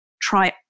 try